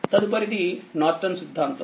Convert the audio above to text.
తదుపరిది నార్టన్సిద్ధాంతం